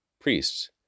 priests